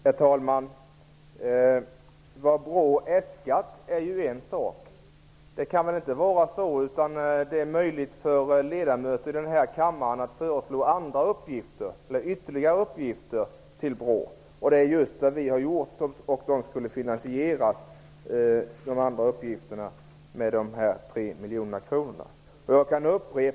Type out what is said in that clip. Herr talman! Vad BRÅ har äskat är en sak. Det kan väl inte vara så att det inte är möjligt för ledamöter i den här kammaren att föreslå andra eller ytterligare uppgifter till BRÅ? Det är just vad vi har gjort, och dessa andra uppgifter skulle finansieras med de 3 Jag kan upprepa vilka uppgifter det gällde.